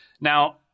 Now